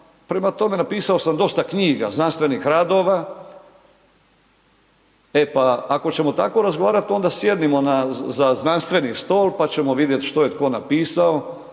prema tome napisao sam dosta knjiga, znanstvenih radova, e pa ako ćemo tako razgovarat onda sjednimo za znanstveni stol, pa ćemo vidjeti što je tko napisao